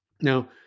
Now